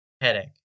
headache